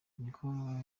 niko